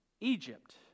Egypt